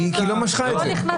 כי היא לא משכה את זה.